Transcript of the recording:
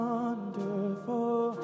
Wonderful